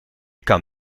kan